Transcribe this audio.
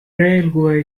railway